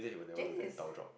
James is